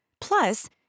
Plus